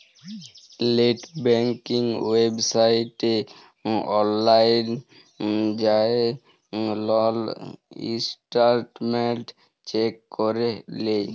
late banking ওয়েবসাইটে অললাইল যাঁয়ে লল ইসট্যাটমেল্ট চ্যাক ক্যরে লেই